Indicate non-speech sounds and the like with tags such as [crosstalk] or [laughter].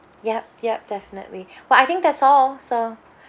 ya ya definitely [breath] well I think that's all so [breath]